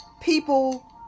people